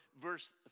verse